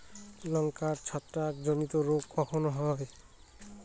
লঙ্কায় ছত্রাক জনিত রোগ কখন হয়?